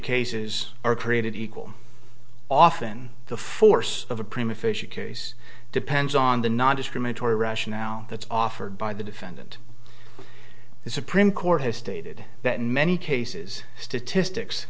cases are created equal often the force of a prima facie case depends on the nondiscriminatory rationale that's offered by the defendant the supreme court has stated that many cases statistics